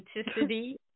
authenticity